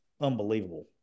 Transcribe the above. unbelievable